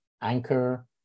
Anchor